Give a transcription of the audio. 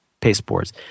pasteboards